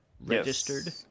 registered